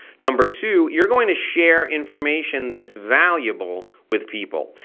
number two, you're going to share information that's valuable with people,